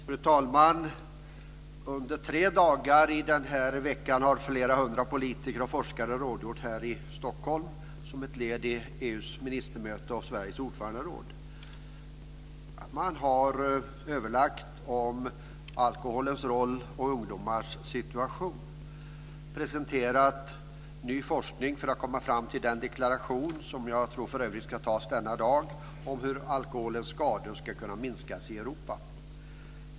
Fru talman! Under tre dagar den här veckan har flera hundra politiker och forskare rådgjort här i Stockholm som ett led i EU:s ministermöte och Sveriges ordförandeskap. Man har överlagt om alkoholens roll och ungdomarnas situation. Man har presenterat ny forskning för att komma fram till en deklaration, som jag för övrigt tror ska antas denna dag, om hur alkoholens skador ska kunna minskas i Europa.